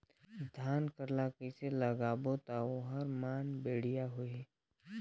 धान कर ला कइसे लगाबो ता ओहार मान बेडिया होही?